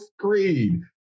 screen